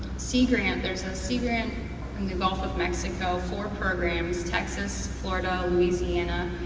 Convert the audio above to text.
sea grant, there's a sea grant in the gulf of mexico. four programs, texas, florida, louisiana,